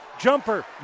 Jumper